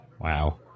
Wow